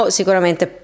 sicuramente